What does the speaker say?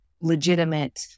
legitimate